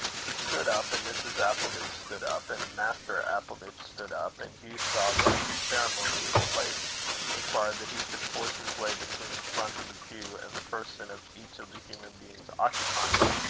he stood up, and mrs. appleditch stood up, and master appleditch stood up, and hugh saw that the ceremony of the place required that he should force his way between the front of the pew and the person of each of the human beings occupying it,